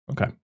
Okay